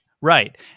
right